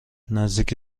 نزدیک